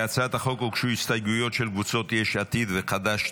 להצעת החוק הוגשו הסתייגויות של קבוצות יש עתיד וחד"ש-תע"ל.